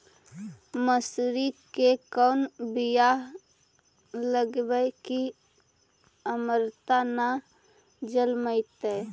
मसुरी के कोन बियाह लगइबै की अमरता न जलमतइ?